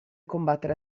combattere